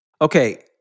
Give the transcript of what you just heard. Okay